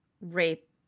rape